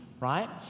right